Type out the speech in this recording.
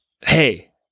Hey